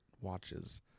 watches